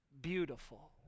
beautiful